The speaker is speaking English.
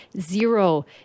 zero